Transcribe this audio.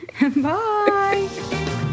bye